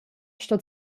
sto